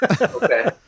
Okay